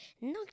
no